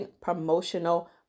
promotional